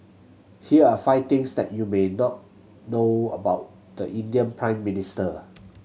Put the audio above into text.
here are five things that you may not know about the Indian Prime Minister